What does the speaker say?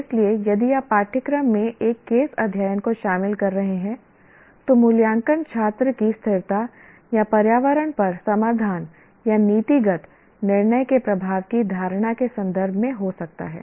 इसलिए यदि आप पाठ्यक्रम में एक केस अध्ययन को शामिल कर रहे हैं तो मूल्यांकन छात्र की स्थिरता या पर्यावरण पर समाधान या नीतिगत निर्णय के प्रभाव की धारणा के संदर्भ में हो सकता है